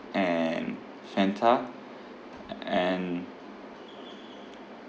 and fanta a~ and